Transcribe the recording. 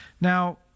Now